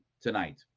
tonight